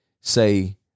say